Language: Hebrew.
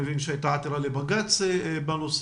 אני מבין שהייתה עתירה לבג"ץ בנושא.